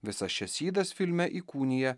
visas šias ydas filme įkūnija